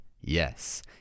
yes